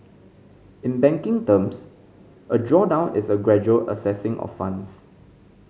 in banking terms a drawdown is a gradual accessing of funds